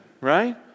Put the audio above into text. Right